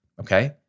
Okay